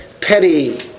petty